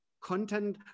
content